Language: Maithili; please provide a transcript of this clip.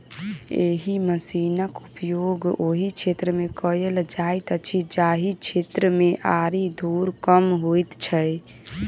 एहि मशीनक उपयोग ओहि क्षेत्र मे कयल जाइत अछि जाहि क्षेत्र मे आरि धूर कम होइत छै